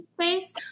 Space